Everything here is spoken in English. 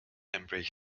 embrace